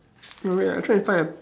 oh wait ah I try to find a